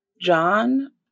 John